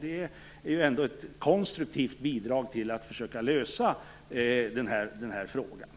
Det är ändå ett konstruktivt bidrag till att försöka lösa frågan.